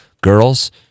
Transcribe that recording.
girls